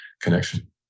connection